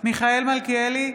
מיכאל מלכיאלי,